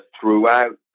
throughout